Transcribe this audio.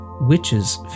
witches